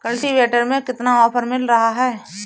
Cultivator में कितना offer मिल रहा है?